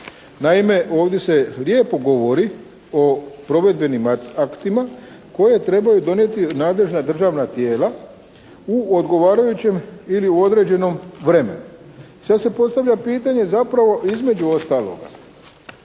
Naime ovdje se lijepo govori o provedbenim aktima koje trebaju donijeti nadležna državna tijela u odgovarajućem ili u određenom vremenu. Sada se postavlja pitanje zapravo između ostaloga,